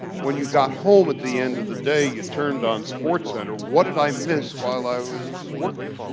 when you got home at the end of the day, you turned on sportscenter, what did i miss while i was working?